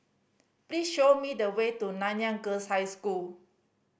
please show me the way to Nanyang Girls' High School